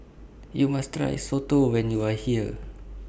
YOU must Try Soto when YOU Are here